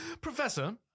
Professor